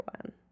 one